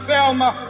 Selma